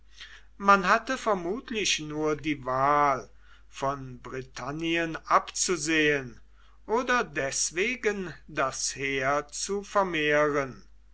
man hatte vermutlich nur die wahl von britannien abzusehen oder deswegen das heer zu vermehren